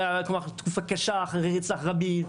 בתקופה הקשה אחרי רצח רבין,